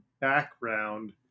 background